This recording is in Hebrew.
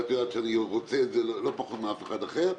את יודעת שאני רוצה את לא פחות מכל אחד אחר.